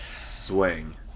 swing